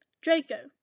Draco